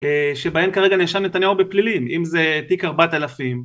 שבהן כרגע נאשם נתניהו בפלילים אם זה תיק 4000